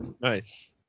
Nice